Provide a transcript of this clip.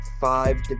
five